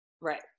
right